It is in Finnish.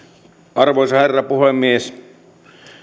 arvoisa herra puhemies